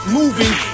moving